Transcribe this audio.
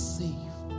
safe